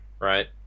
right